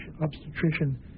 obstetrician